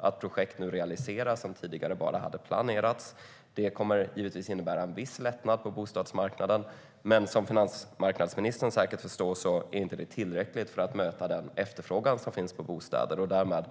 Att projekten som tidigare hade planerats nu realiseras kommer givetvis att innebära en viss lättnad på bostadsmarknaden, men som finansmarknadsministern säkert förstår är det inte tillräckligt för att möta den efterfrågan på bostäder som finns. Därmed